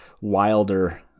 wilder